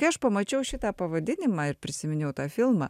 kai aš pamačiau šitą pavadinimą ir prisiminiau tą filmą